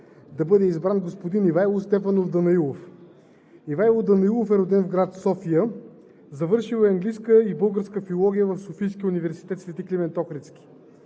да бъде избран господин Ивайло Стефанов Данаилов. Ивайло Данаилов е роден в град София. Завършил е английска и българска филология в Софийския университет „Свети Климент Охридски“.